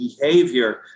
behavior